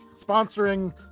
Sponsoring